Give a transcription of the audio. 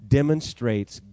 demonstrates